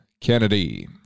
Kennedy